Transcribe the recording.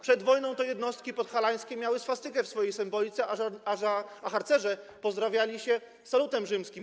Przed wojną jednostki podhalańskie miały swastykę w swojej symbolice, a harcerze pozdrawiali się salutem rzymskim.